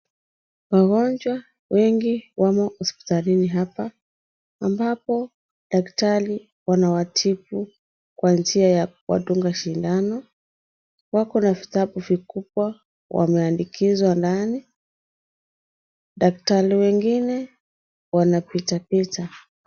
Wagonjwa wengi wamo hospitalini hapa, ambapo daktari wanawatibu kwa njia ya kuwadunga sindano, wako na vitabu vikubwa wameandikizwa ndani, daktari wengine wanapitapita.